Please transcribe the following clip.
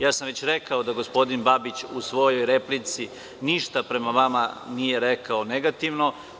Ja sam već rekao da gospodin Babić u svojoj replici ništa prema vama nije rekao negativno.